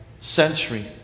century